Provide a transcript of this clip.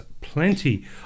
plenty